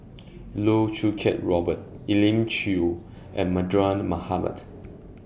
Loh Choo Kiat Robert Elim Chew and Mardan Mamat